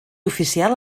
oficial